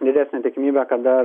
didesnė tikimybė kad dar